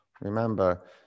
Remember